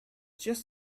just